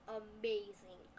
amazing